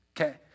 Okay